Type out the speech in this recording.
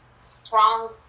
strong